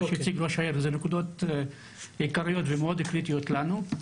מה שהציג ראש העיר זה נקודות עיקריות ומאוד קריטיות לנו.